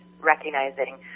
recognizing